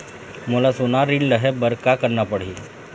मोला सोना ऋण लहे बर का करना पड़ही?